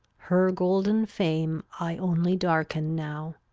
her golden fame i only darken now.